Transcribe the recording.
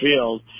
Field